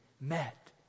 met